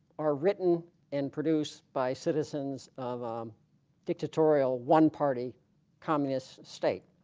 are written and produced by citizens of um dictatorial one-party communist state